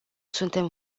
suntem